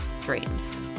dreams